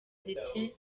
ndetse